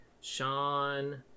Sean